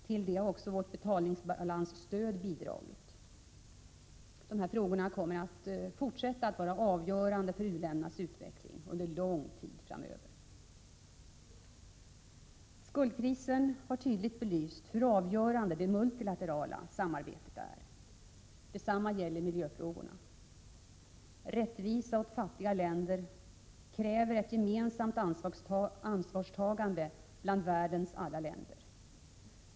Till detta har också vårt betalningsbalansstöd bidragit. De här frågorna kommer att fortsätta att vara avgörande för u-ländernas utveckling under lång tid framöver. Skuldkrisen har tydligt belyst hur avgörande det multilaterala samarbetet är. Detsamma gäller miljöfrågorna. Rättvisa åt fattiga länder kräver ett gemensamt ansvarstagande bland världens alla länder.